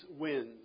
wins